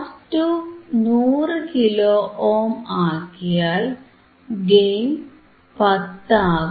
R2 100 kilo ohm ആക്കിയാൽ gain 10 ആകും